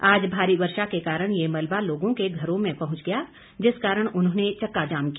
आज भारी वर्षा के कारण ये मलबा लोगों के घरों में पहुंच गया जिस कारण उन्होंने चक्का जाम किया